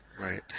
Right